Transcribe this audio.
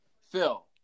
Phil